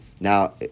Now